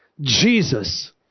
Jesus